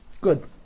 Good